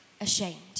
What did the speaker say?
ashamed